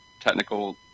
technical